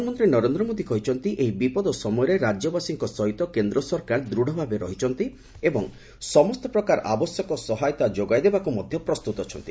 ପ୍ରଧାନମନ୍ତ୍ରୀ ନରେନ୍ଦ୍ର ମୋଦି କହିଛନ୍ତି ଏହି ବିପଦ ସମୟରେ ରାଜ୍ୟବାସୀଙ୍କ ସହିତ କେନ୍ଦ୍ର ସରକାର ଦୂଢ଼ଭାବେ ରହିଛନ୍ତି ଏବଂ ସମସ୍ତ ପ୍ରକାର ଆବଶ୍ୟକ ସହାୟତା ଯୋଗାଇଦେବାକୁ ମଧ୍ୟ ପ୍ରସ୍ତୁତ ଅଛନ୍ତି